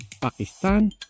Pakistan